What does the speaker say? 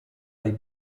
dai